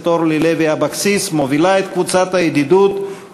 אורלי לוי אבקסיס מובילה את קבוצת הידידות,